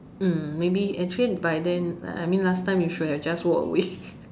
mm maybe actually by then uh I mean last time you should have just walked away